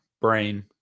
brain